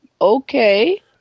okay